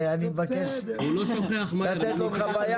אני מבקש לתת לו חוויה